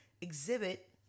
exhibit